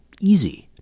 easy